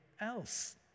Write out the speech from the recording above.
else